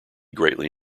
greatly